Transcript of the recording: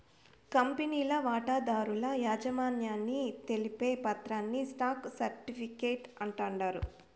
కంపెనీల వాటాదారుల యాజమాన్యాన్ని తెలిపే పత్రాని స్టాక్ సర్టిఫీకేట్ అంటాండారు